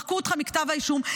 מחקו אותך מכתב האישום.